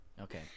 Okay